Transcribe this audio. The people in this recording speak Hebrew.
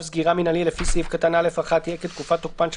סגירה מינהלי לפי סעיף קטן (א)(1) תהיה כתקופת תוקפן של